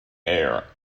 ayr